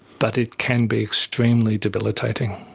but it can be extremely debilitating.